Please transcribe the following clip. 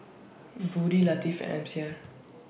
Budi Latif and Amsyar